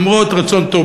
למרות רצון טוב,